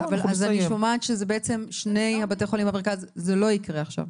אז אני שומעת שזה בעצם שני בתי החולים במרכז זה לא יקרה עכשיו.